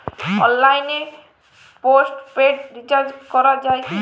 অনলাইনে postpaid recharge করা যায় কি?